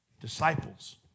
Disciples